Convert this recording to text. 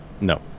No